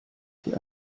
sie